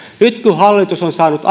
nyt hallitus on saanut